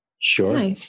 Sure